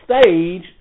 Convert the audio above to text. stage